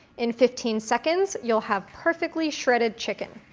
in fifteen seconds, you'll have perfectly shredded chicken.